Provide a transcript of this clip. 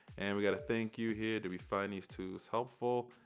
and we got a thank you here. do we find these tools helpful?